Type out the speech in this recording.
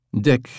Dick